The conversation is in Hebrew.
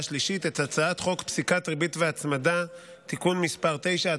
השלישית את הצעת חוק פסיקת ריבית והצמדה (תיקון מס' 9),